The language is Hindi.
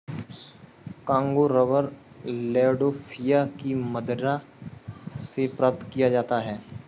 कांगो रबर लैंडोल्फिया की मदिरा से प्राप्त किया जाता है